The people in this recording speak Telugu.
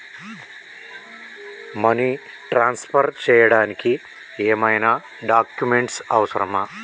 మనీ ట్రాన్స్ఫర్ చేయడానికి ఏమైనా డాక్యుమెంట్స్ అవసరమా?